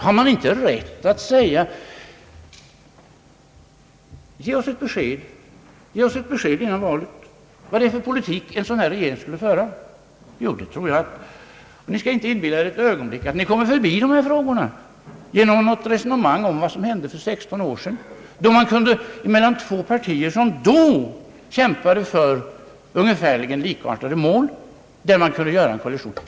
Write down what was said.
Man har väl rätt att kräva ett besked före valet om vad det är för politik en sådan regering skulle föra. Ni skall inte ett ögonblick inbilla er att ni kommer förbi dessa frågor genom ett resonemang om vad som hände för 16 år sedan, då man kunde göra en koalition mellan två partier som vid den tiden kämpade för ungefärligen likartade mål.